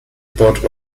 bought